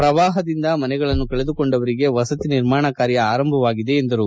ಪ್ರವಾಪದಿಂದ ಮನೆಗಳನ್ನು ಕಳೆದುಕೊಂಡವರಿಗೆ ವಸತಿ ನಿರ್ಮಾಣ ಕಾರ್ಯ ಆರಂಭವಾಗಿದೆ ಎಂದರು